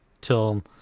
till